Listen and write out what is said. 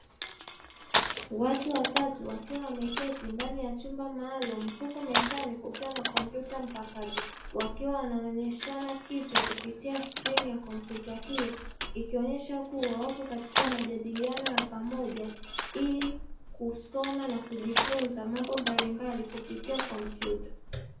Watu watatu wakiwa wameketi ndani ya chumba maalumu, huku mezani kukiwa na kompyuta mpakato, wakiwa wanaonyeshana kitu kupitia sikrini ya kompyuta hiyo, ikionyesha kuwa wako katika majadiliano ya pamoja ili kusoma na kujifunza mambo mbalimbali kupitia kompyuta.